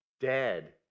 dead